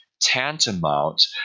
tantamount